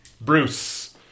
Bruce